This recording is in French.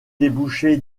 débouché